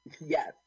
yes